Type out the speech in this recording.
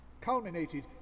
culminated